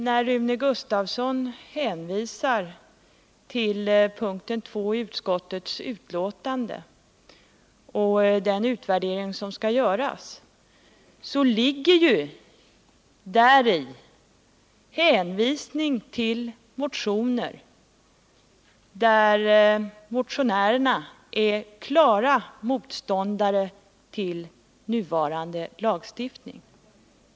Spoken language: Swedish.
När Rune Gustavsson hänvisar till p. 2 i utskottets hemställan och den utvärdering som skall göras så ligger däri en hänvisning till motioner där motionärerna är klara motståndare till nuvarande lagstiftning.